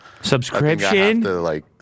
subscription